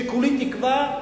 שכולי תקווה,